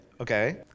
Okay